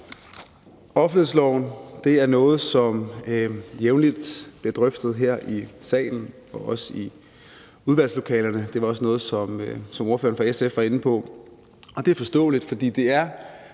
Offentlighedsloven er noget, der jævnligt bliver drøftet her i salen og også i udvalgslokalerne. Det var ordføreren for SF også inde på. Det er forståeligt, for det er